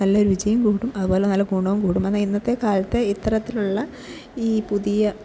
നല്ല രുചിയും കൂടും അതുപോലെ നല്ല ഗുണവും കൂടും അതായത് ഇന്നത്തെക്കാലത്ത് ഇത്തരത്തിലുള്ള ഈ പുതിയ